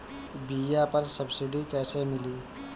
बीया पर सब्सिडी कैसे मिली?